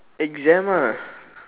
exam ah